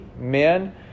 men